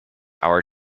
our